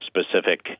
Specific